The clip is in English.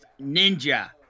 Ninja